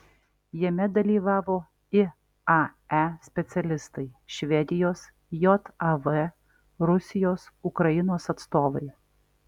jame dalyvavo iae specialistai švedijos jav rusijos ukrainos atstovai